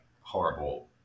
horrible